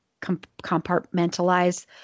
compartmentalize